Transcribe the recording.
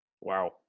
Wow